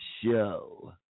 show